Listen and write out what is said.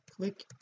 Click